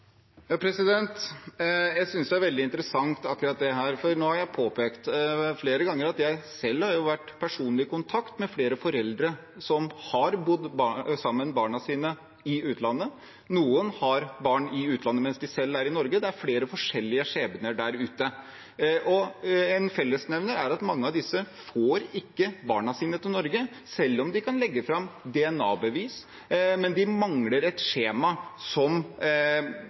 Jeg synes dette er veldig interessant, for nå har jeg flere ganger påpekt at jeg selv har vært i personlig kontakt med flere foreldre som har bodd sammen med barna sine i utlandet. Noen har barn i utlandet mens de selv er i Norge. Det er flere forskjellige skjebner der ute, og en fellesnevner er at mange av disse ikke får barna sine til Norge selv om de kan legge fram DNA-bevis – men de mangler et skjema som